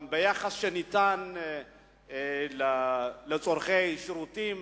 גם ביחס שניתן לצורכי שירותים,